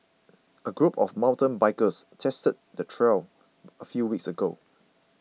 a group of mountain bikers tested the trail a few weeks ago